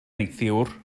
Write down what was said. neithiwr